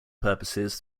purposes